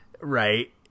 right